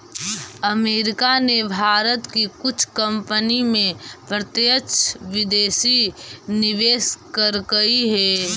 America ने भारत की कुछ कंपनी में प्रत्यक्ष विदेशी निवेश करकई हे